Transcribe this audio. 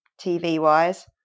TV-wise